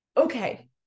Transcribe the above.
Okay